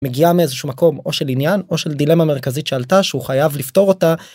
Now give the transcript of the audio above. מגיעה מאיזשהו מקום או של עניין או של דילמה מרכזית שעלתה שהוא חייב לפתור אותה.